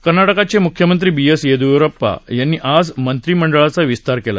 कर्नाटकाचे मुख्यमंत्री B S Yediyurappa यांनी आज मंत्रिमंडळाचा विस्तार केला